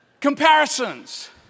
Comparisons